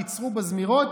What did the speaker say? קיצרו בזמירות